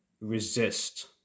resist